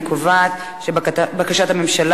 אני קובעת שבקשת הממשלה,